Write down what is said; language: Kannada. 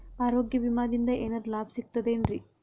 ಆರೋಗ್ಯ ವಿಮಾದಿಂದ ಏನರ್ ಲಾಭ ಸಿಗತದೇನ್ರಿ?